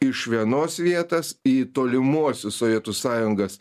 iš vienos vietos į tolimuosius sovietų sąjungos